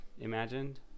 imagined